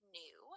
new